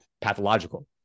pathological